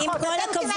--- אתם לא, אני